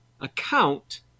account